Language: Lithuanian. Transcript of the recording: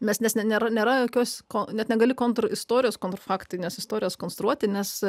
mes nes ne nėra nėra jokios ko net negali kontr istorijos konfaktinės istorijos konstruoti nes